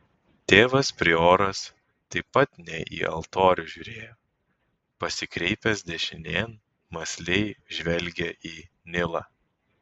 tėvas prioras taip pat ne į altorių žiūrėjo pasikreipęs dešinėn mąsliai žvelgė į nilą